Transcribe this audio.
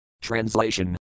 Translation